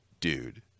dude